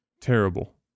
Terrible